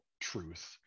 truth